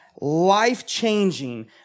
life-changing